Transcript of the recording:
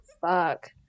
fuck